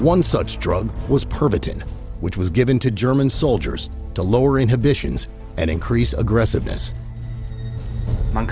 one such drug was perfect and which was given to german soldiers to lower inhibitions and increase aggressiveness